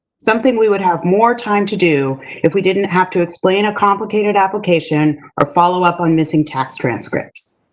something we would have more time to do if we didn't have to explain a complicated application or follow up on missing tax transcripts.